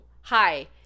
Hi